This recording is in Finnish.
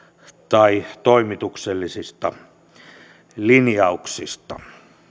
tai toimituksellisissa linjauksissa